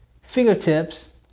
fingertips